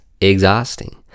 exhausting